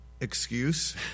excuse